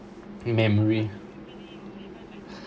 memory